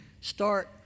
start